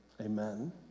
amen